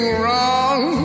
wrong